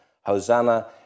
Hosanna